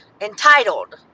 entitled